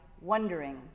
wondering